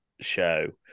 show